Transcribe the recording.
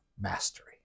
Mastery